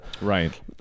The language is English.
right